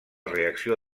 reacció